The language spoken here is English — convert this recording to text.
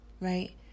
right